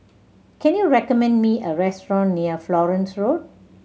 can you recommend me a restaurant near Florence Road